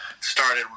started